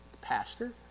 pastor